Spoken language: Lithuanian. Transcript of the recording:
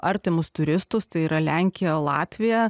artimus turistus tai yra lenkija latvija